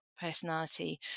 personality